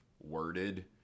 worded